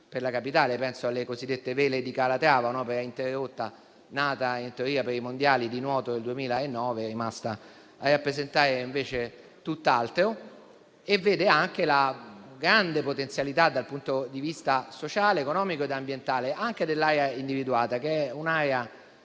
per la capitale: penso alle Vele di Calatrava, un'opera interrotta nata in teoria per i mondiali di nuoto del 2009 e rimasta a rappresentare invece tutt'altro. Si tiene conto della grande potenzialità dell'opera dal punto di vista sociale, economico ed ambientale per l'area individuata, un'area